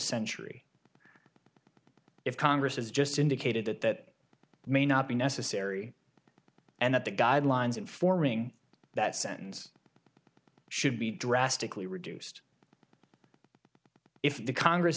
century if congress is just indicated that that may not be necessary and that the guidelines in forming that sentence should be drastically reduced if the congress